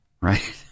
right